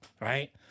right